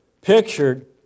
pictured